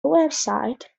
website